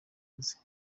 azi